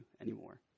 anymore